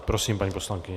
Prosím, paní poslankyně.